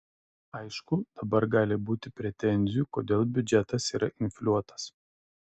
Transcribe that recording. aišku dabar gali būti pretenzijų kodėl biudžetas yra infliuotas